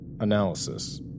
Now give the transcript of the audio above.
Analysis